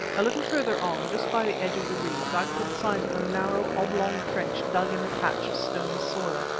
a little further on, just by the edge of the reeds, i caught sight of a narrow, oblong trench dug in a patch of stony soil,